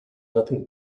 nothing